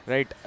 Right